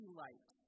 light